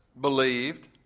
believed